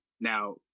Now